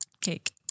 Cake